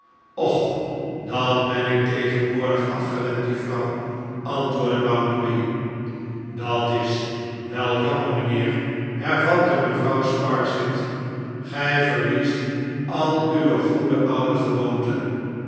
och dat ben ik tegenwoordig afgewend juffrouw antwoordde bounderby dat is wel jammer mijnheer hervatte mevrouw sparsit gij verliest al uwe goede oude gewoonten